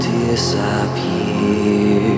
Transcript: disappear